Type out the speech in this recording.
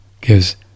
gives